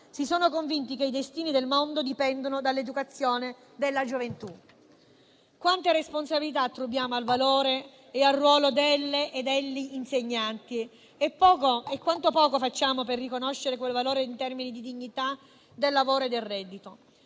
si sono convinti che i destini del mondo dipendono dall'educazione della gioventù. Quante responsabilità attribuiamo al valore e al ruolo delle e degli insegnanti e quanto poco facciamo per riconoscere quel valore in termini di dignità del lavoro e del reddito?